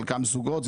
חלקם זוגות,